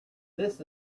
this